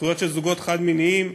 זכויות של זוגות חד-מיניים.